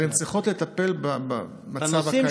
אבל הן צריכות לטפל במצב הקיים,